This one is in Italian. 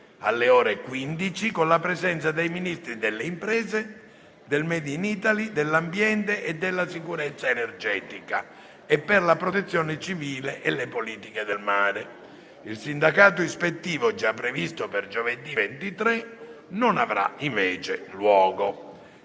alle ore 15, con la presenza dei Ministri delle imprese e del *made in Italy*, dell'ambiente e della sicurezza energetica e per la protezione civile e le politiche del mare. Il sindacato ispettivo, già previsto per giovedì 23, non avrà luogo.